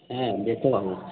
देता हूँ